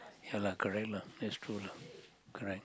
ya lah correct lah that's true lah correct